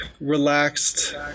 relaxed